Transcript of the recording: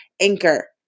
Anchor